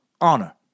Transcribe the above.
honor